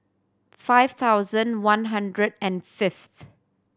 five thousand one hundred and fifth